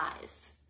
eyes